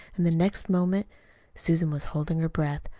and the next moment susan was holding her breath,